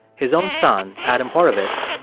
his own son, adam horovitz,